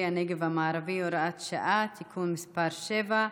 הנגב המערבי (הוראת שעה) (תיקון מס' 7),